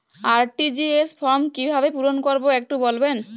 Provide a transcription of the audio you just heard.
RTGS form কিভাবে পূরণ করবো একটু বলবেন?